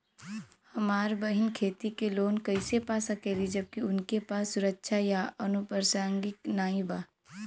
हमार बहिन खेती के लोन कईसे पा सकेली जबकि उनके पास सुरक्षा या अनुपरसांगिक नाई बा?